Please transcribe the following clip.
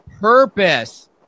purpose